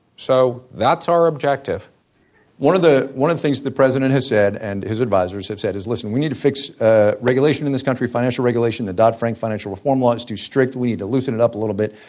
so that's our objective objective one of the one of the things the president has said and his advisers have said is, listen, we need to fix ah regulation in this country, financial regulation, the dodd-frank financial reform law is too strict, we need to loosen it up a little bit.